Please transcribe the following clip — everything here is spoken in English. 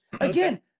again